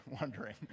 wondering